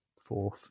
fourth